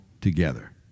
together